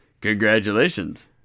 Congratulations